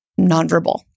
nonverbal